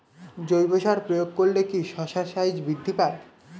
জৈব সার প্রয়োগ করলে কি শশার সাইজ বৃদ্ধি পায়?